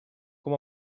com